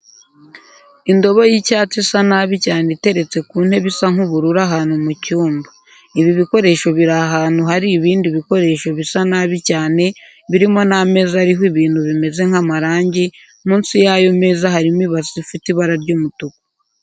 Indobo y'icyatsi isa nabi cyane iteretse ku ntebe isa nk'ubururu ahantu mu cyumba. Ibi bikoresho biri ahantu hari ibindi bikoresho bisa nabi cyane birimo n'ameza ariho ibintu bimeze nk'amarangi, munsi y'ayo meza harimo ibase ifite ibara ry'umutuku.